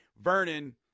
Vernon